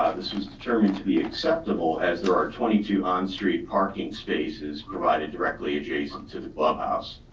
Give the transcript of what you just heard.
this was determined to be acceptable as there are twenty two on street parking spaces provided directly adjacent to the clubhouse.